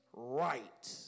right